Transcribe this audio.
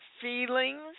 feelings